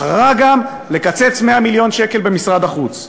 בחרה גם לקצץ 100 מיליון שקל במשרד החוץ,